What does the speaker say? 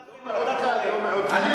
סלח לי, אבל אתה טועה.